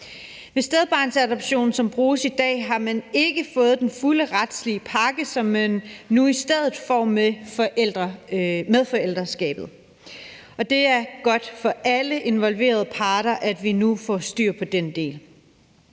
Ved stedbarnsadoption, som bruges i dag, har man ikke fået den fulde retslige pakke, som man nu i stedet får med medforældreskabet, og det er godt for alle involverede parter, at vi nu får styr på den del.